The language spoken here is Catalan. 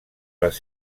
les